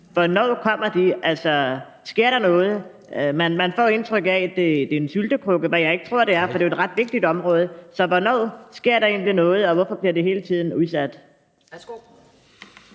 hvornår de kommer? Sker der noget? Man får indtryk af, at det er en syltekrukke, hvad jeg ikke tror det er, for det er jo et ret vigtigt område. Så hvornår sker der egentlig noget, og hvorfor bliver det hele tiden udsat?